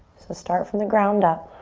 so start from the ground up.